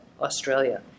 Australia